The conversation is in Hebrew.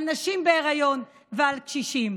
על נשים בהיריון ועל קשישים.